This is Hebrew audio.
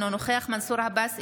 אינו נוכח מנסור עבאס,